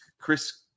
Chris –